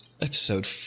Episode